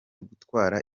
gutwara